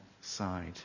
side